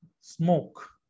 smoke